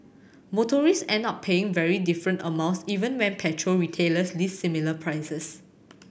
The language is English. motorist end up paying very different amounts even when petrol retailers list similar prices